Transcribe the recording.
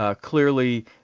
clearly